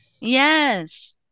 Yes